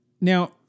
Now